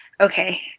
Okay